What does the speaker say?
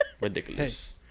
Ridiculous